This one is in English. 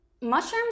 Mushrooms